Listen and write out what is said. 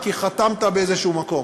כי חתמת באיזה מקום.